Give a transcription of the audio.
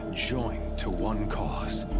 joined to one cause.